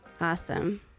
awesome